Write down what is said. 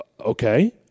okay